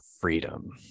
freedom